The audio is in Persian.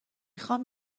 خوام